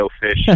fish